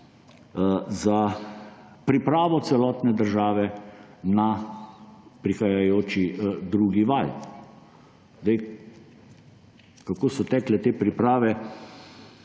za pripravo celotne države na prihajajoči drugi val. Kako so tekle te priprave,